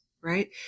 right